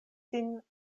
sin